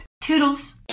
Toodles